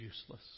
useless